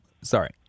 Sorry